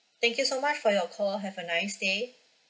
thank you so much for your call have a nice day